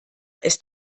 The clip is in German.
ist